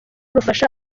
rufasha